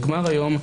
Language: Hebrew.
בדיונים,